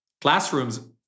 Classrooms